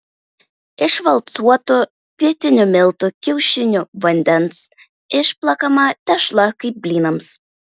iš valcuotų kvietinių miltų kiaušinių vandens išplakama tešla kaip blynams